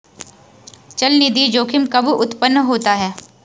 चलनिधि जोखिम कब उत्पन्न होता है?